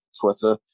Twitter